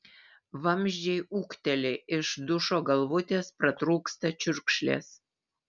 vamzdžiai ūkteli iš dušo galvutės pratrūksta čiurkšlės